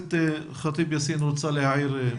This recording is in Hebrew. הכנסת ח'טיב יאסין רוצה להעיר.